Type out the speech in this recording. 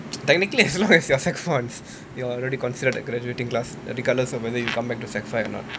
technically as long as you are secondary four you're already considered a graduating class regardless of whether you come back to secondary five or not